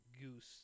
goose